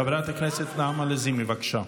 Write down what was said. חברת הכנסת נעמה לזימי, בבקשה.